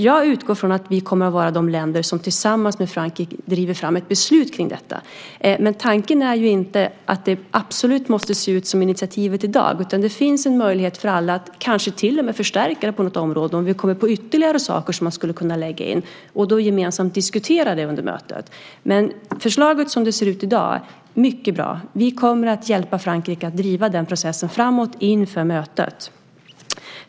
Jag utgår från att vi kommer att vara det land som tillsammans med Frankrike driver fram ett beslut. Tanken är inte att det absolut måste se ut som dagens initiativ. Det finns möjlighet för alla att kanske till och med förstärka det på något område om vi kommer på ytterligare saker att lägga in och gemensamt diskutera under mötet. Förslaget som det ser ut i dag är mycket bra. Vi kommer att hjälpa Frankrike att driva processen framåt inför mötet.